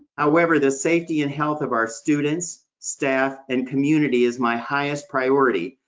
however, the safety and health of our students, staff, and community is my highest priority,